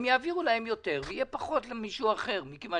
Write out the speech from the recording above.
הם יעבירו להם יותר ויהיה פחות למישהו אחר מכיוון